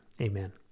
amen